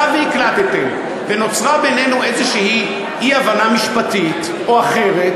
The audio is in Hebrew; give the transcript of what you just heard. שאם הקלטתם ונוצרה בינינו איזושהי אי-הבנה משפטית או אחרת,